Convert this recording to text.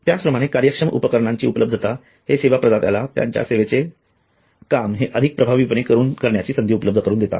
त्याचप्रमाणे कार्यक्षम उपकरणाची उपलब्धता हे सेवा प्रदात्याला त्यांचे सेवेचे काम हे अधिक प्रभावीपणे करण्याची संधी उपलब्ध करून देतात